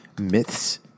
myths